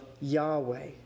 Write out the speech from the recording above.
Yahweh